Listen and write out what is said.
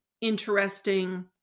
interesting